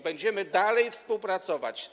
Będziemy dalej współpracować.